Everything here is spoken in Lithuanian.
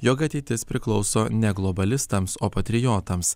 jog ateitis priklauso ne globalistams o patriotams